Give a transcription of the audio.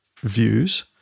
views